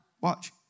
Watch